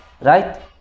right